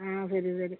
ആ വരും വരും